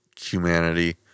humanity